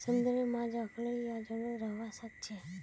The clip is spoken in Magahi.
समुंदरेर माछ अखल्लै या झुंडत रहबा सखछेक